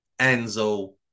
Enzo